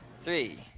three